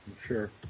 sure